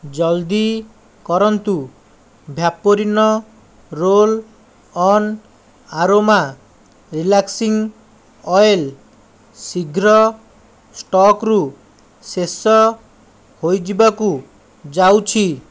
ଜଲ୍ଦି କରନ୍ତୁ Vaporin roll on aroma relaxing oil ଶୀଘ୍ର ଷ୍ଟକ୍ରୁ ଶେଷ ହୋଇଯିବାକୁ ଯାଉଛି